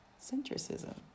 Centricism